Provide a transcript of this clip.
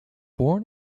born